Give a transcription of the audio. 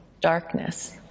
darkness